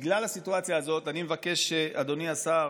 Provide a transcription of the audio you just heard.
בגלל הסיטואציה הזאת, אני מבקש, אדוני השר,